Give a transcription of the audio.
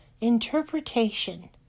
Interpretation